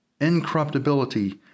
incorruptibility